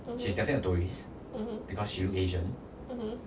mmhmm mmhmm mmhmm